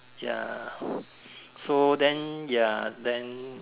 ya so then ya then